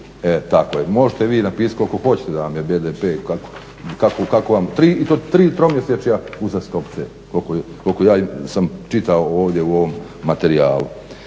E tako, možete vi napisati koliko hoćete da vam je BDP, kako vam tri tromjesečja uzastopce kolko ja sam čitao ovdje u ovom materijalu.